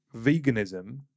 veganism